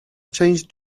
changed